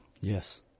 yes